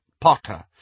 Potter—